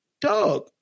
Dog